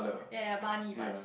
ya bunny bunny